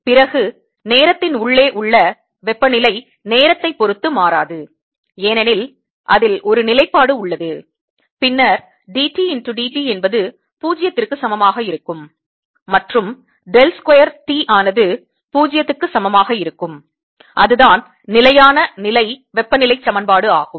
பிறகு நேரத்தின் உள்ளே உள்ள வெப்பநிலை நேரத்தை பொறுத்து மாறாது ஏனெனில் அதில் ஒரு நிலைப்பாடு உள்ளது பின்னர் d T d t என்பது 0 க்குச் சமமாக இருக்கும் மற்றும் டெல் ஸ்கொயர் T ஆனது 0 க்குச் சமமாக இருக்கும் அதுதான் நிலையான நிலை வெப்பநிலைச்சமன்பாடு ஆகும்